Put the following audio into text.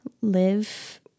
live